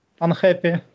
Unhappy